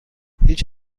هیچ